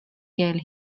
keel